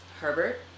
Herbert